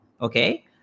Okay